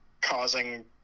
causing